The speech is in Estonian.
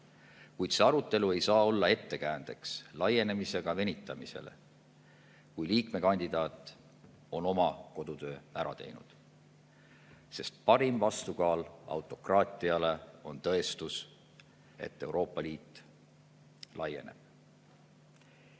kuid see arutelu ei saa olla ettekäändeks laienemisega venitamisele, kui liikmekandidaat on oma kodutöö ära teinud, sest parim vastukaal autokraatiale on tõestus, et Euroopa Liit laieneb. Head